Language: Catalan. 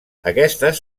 aquestes